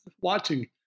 watching